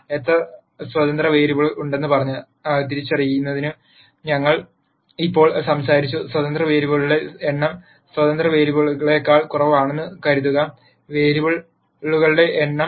എത്ര സ്വതന്ത്ര വേരിയബിളുകൾ ഉണ്ടെന്ന് തിരിച്ചറിയുന്നതിനെക്കുറിച്ച് ഞങ്ങൾ ഇപ്പോൾ സംസാരിച്ചു സ്വതന്ത്ര വേരിയബിളുകളുടെ എണ്ണം സ്വതന്ത്ര വേരിയബിളുകളേക്കാൾ കുറവാണെന്ന് കരുതുക വേരിയബിളുകളുടെ എണ്ണം